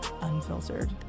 unfiltered